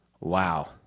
Wow